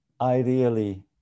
Ideally